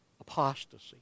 apostasy